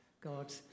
god